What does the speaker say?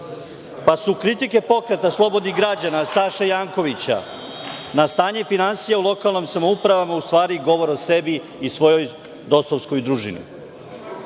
pa su kritike Pokreta slobodnih građana, Saša Jankovića, na stanje finansija u lokalnim samoupravama, u stvari govore o sebi i svojoj DOS-ovskoj družini.